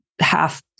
half